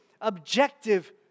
objective